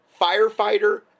firefighter